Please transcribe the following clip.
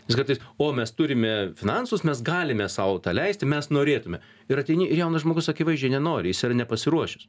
nes kartais o mes turime finansus mes galime sau tą leisti mes norėtume ir ateini ir jaunas žmogus akivaizdžiai nenori jis yra nepasiruošęs